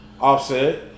Offset